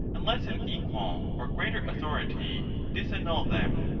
unless an equal or greater authority dis annul them.